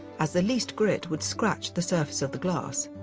as the least grit would scratch the surface of the glass.